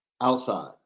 outside